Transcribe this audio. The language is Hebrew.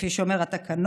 כפי שאומר התקנון,